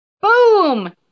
boom